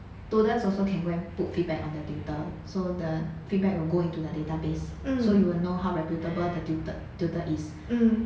students also can go and put feedback on the tutor so the feedback will go into the database so you will know how reputable the tutor tutor is